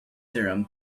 theorem